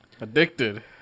Addicted